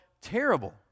terrible